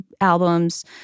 albums